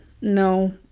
no